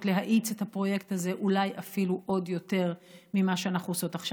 להאיץ את הפרויקט הזה אולי אפילו עוד יותר ממה שאנחנו עושות עכשיו.